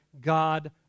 God